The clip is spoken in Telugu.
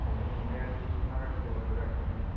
ఇంతక ముందు ఏమన్న తీసుకున్నారా అండి లోన్లు గట్రాని